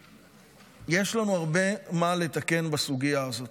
יש לנו הרבה מה לתקן בסוגיה הזאת.